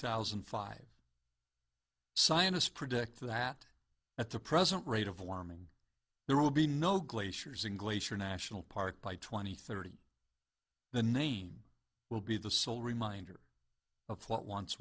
thousand and five scientists predict that at the present rate of warming there will be no glaciers in glacier national park by twenty thirty the name will be the sole reminder of what once